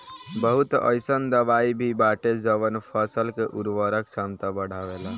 बहुत अईसन दवाई भी बाटे जवन फसल के उर्वरक क्षमता बढ़ावेला